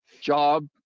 job